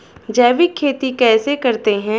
जैविक खेती कैसे करते हैं?